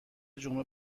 جمعه